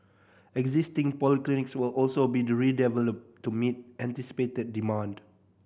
existing polyclinics will also be redeveloped to meet anticipated demand